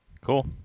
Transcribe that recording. Cool